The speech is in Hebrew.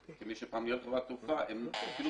כמי שפעם ניהל חברת תעופה הם אפילו